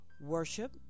worship